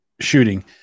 shooting